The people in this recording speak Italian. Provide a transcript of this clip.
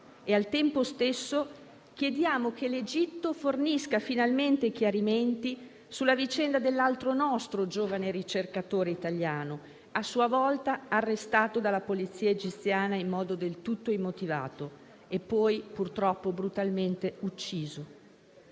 Al tempo stesso, chiediamo che l'Egitto fornisca finalmente chiarimenti sulla vicenda dell'altro nostro giovane ricercatore italiano, a sua volta arrestato dalla polizia egiziana in modo del tutto immotivato e poi purtroppo brutalmente ucciso: